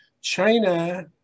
China